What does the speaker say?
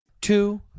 Two